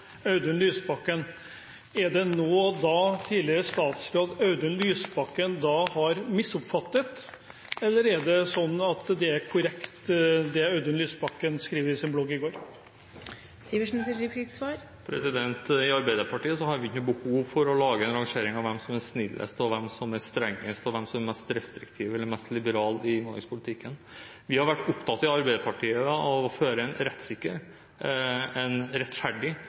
Audun Lysbakken. Er det noe tidligere statsråd Audun Lysbakken da har misoppfattet, eller er det sånn at det er korrekt, det Audun Lysbakken skrev på sin blogg i går? I Arbeiderpartiet har vi ikke noe behov for å rangere hvem som er snillest, hvem som er strengest, og hvem som er mest restriktiv eller mest liberal i innvandringspolitikken. Vi har i Arbeiderpartiet vært opptatt av å føre en rettssikker, rettferdig